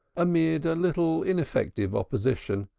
amid a little ineffective opposition,